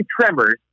Tremors